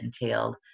entailed